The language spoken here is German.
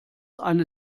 eine